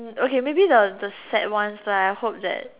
okay maybe the the sad ones right I hope that